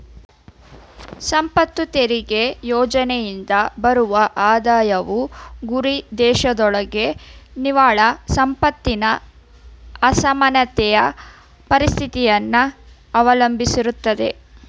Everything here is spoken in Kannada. ಸಂಪತ್ತು ತೆರಿಗೆ ಯೋಜ್ನೆಯಿಂದ ಬರುವ ಆದಾಯವು ಗುರಿದೇಶದೊಳಗೆ ನಿವ್ವಳ ಸಂಪತ್ತಿನ ಅಸಮಾನತೆಯ ಉಪಸ್ಥಿತಿಯನ್ನ ಅವಲಂಬಿಸಿರುತ್ತೆ